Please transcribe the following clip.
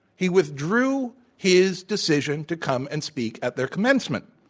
he withdrew his decision to come and speak at their commencement.